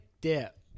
dip